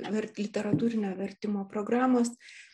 literatūrinio vertimo programos